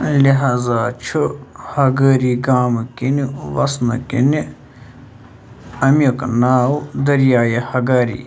لحاظہ چھُ ہَگٲری گامہٕ کِنہِ وَسنہٕ كِنہِ اَمیُک ناو دٔریایہِ ہَگاری